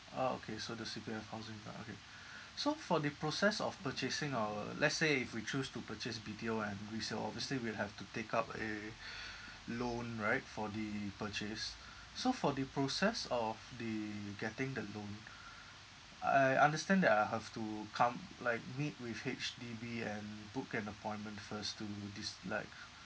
orh okay so the C_P_F housing grant okay so for the process of purchasing our let's say if we choose to purchase B_T_O and resale obviously we'll have to take up a loan right for the purchase so for the process of the getting the loan I understand that I'll have to come like meet with H_D_B and book an appointment first to dis~ like